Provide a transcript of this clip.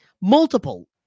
multiple